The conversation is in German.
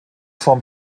vom